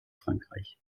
frankreich